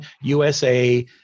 USA